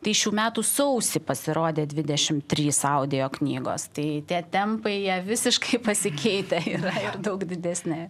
tai šių metų sausį pasirodė dvidešimt trys audioknygos tai tie tempai jie visiškai pasikeitę yra ir daug didesni